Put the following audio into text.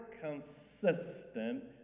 consistent